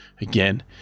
Again